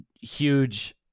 huge